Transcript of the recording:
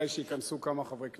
כדאי שייכנסו כמה חברי כנסת,